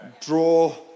draw